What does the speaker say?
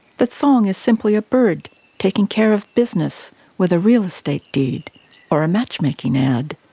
that song is simply a bird taking care of business with a real estate deed or a matchmaking ad.